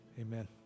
Amen